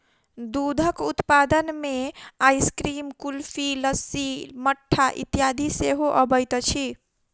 दूधक उत्पाद मे आइसक्रीम, कुल्फी, लस्सी, मट्ठा इत्यादि सेहो अबैत अछि